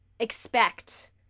expect